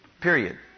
Period